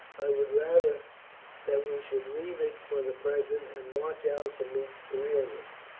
i would rather that we should leave it for the present and march out to meet cerealis,